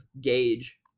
gauge